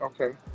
okay